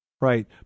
Right